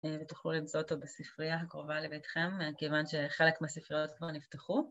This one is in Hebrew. ותוכלו למצוא אותו בספרייה הקרובה לביתכם כיוון שחלק מהספריות כבר נפתחו.